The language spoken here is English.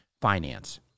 finance